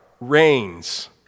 reigns